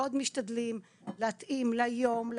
מאוד משתדלים להתאים ליום,